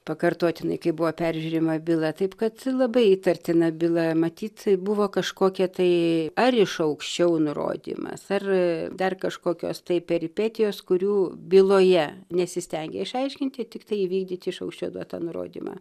pakartotinai kai buvo peržiūrima bila taip kad labai įtartina byla matyt buvo kažkokie tai ar iš aukščiau nurodymas ar dar kažkokios tai peripetijos kurių byloje nesistengė išaiškinti tiktai įvykdyti iš aukščiau duotą nurodymą